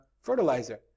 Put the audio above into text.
fertilizer